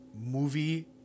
movie